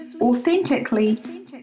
authentically